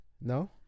No